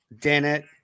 Dennett